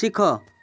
ଶିଖ